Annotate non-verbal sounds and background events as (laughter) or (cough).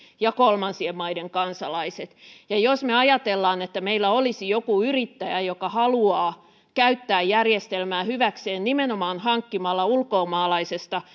ja kolmansien maiden kansalaiset ja jos me ajattelemme että meillä olisi joku yrittäjä joka haluaa käyttää järjestelmää hyväkseen nimenomaan hankkimalla ulkomaalaisesta (unintelligible)